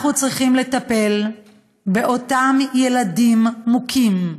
אנחנו צריכים לטפל באותם ילדים מוכים,